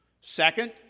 Second